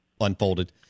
unfolded